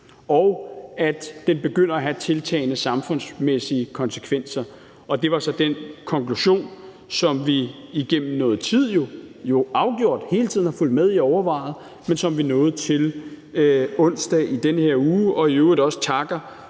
og at den begynder at have tiltagende samfundsmæssige konsekvenser. Det var så den konklusion, som vi jo afgjort igennem noget tid hele tiden har fulgt med i og overvejet, men som vi nåede til onsdag i den her uge, og vi takker